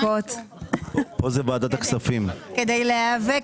כדי להיאבק